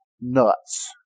nuts